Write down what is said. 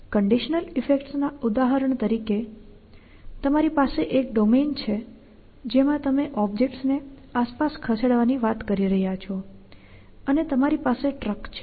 conditional ઈફેક્ટ્સના ઉદાહરણ તરીકે તમારી પાસે એક ડોમેન છે જેમાં તમે ઓબ્જેક્ટ્સને આસપાસ ખસેડવાની વાત કરી રહ્યા છો અને તમારી પાસે ટ્રક છે